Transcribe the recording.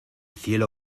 cielo